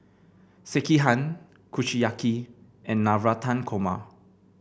Sekihan Kushiyaki and Navratan Korma